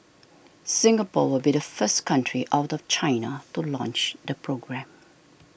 Singapore will be the first country out of China to launch the programme